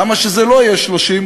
למה שזה לא יהיה 30?